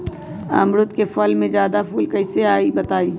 अमरुद क फल म जादा फूल कईसे आई बताई?